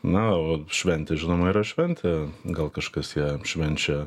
na o šventė žinoma yra šventė gal kažkas ją švenčia